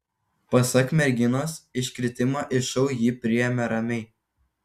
pasak merginos iškritimą iš šou ji priėmė ramiai